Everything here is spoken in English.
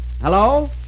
Hello